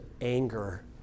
anger